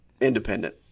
independent